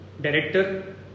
Director